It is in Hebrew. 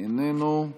איננו,